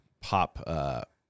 pop